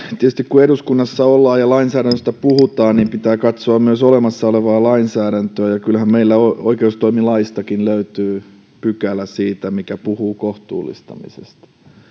tietysti kun eduskunnassa ollaan ja lainsäädännöstä puhutaan pitää katsoa myös olemassa olevaa lainsäädäntöä ja kyllähän meillä oikeustoimilaistakin löytyy pykälä mikä puhuu kohtuullistamisesta